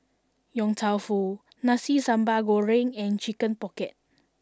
Yong Tau Foo Nasi Sambal Goreng and Chicken Pocket